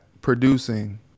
producing